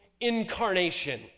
incarnation